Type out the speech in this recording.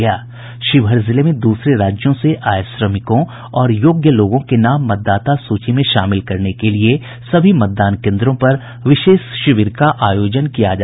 शिवहर जिले में दूसरे राज्यों से आये श्रमिकों और योग्य लोगों के नाम मतदाता सूची में शामिल करने के लिए सभी मतदान केन्द्रों पर विशेष शिविर का आयोजन किया गया